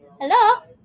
Hello